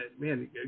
Man